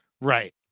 Right